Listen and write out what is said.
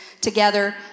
together